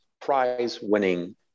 prize-winning